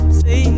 say